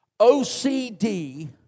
OCD